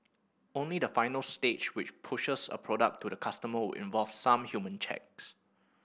only the final stage which pushes a product to the customer will involve some human checks